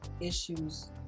issues